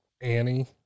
Annie